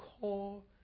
call